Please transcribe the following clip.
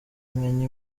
menye